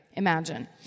Imagine